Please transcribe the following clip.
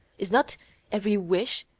is not every wish,